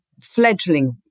fledgling